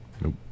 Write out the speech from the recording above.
Nope